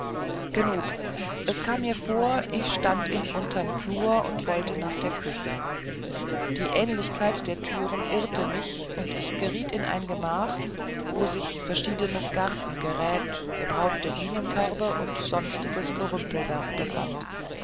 genug es kam mir vor ich stand im untern flur und wollte nach der küche die ähnlichkeit der türen irrte mich und ich geriet in ein gemach wo sich verschiedenes gartengerät gebrauchte bienenkörbe und sonstiges gerümpelwerk befand